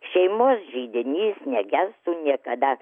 šeimos židinys negestų niekada